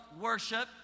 worship